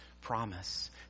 promise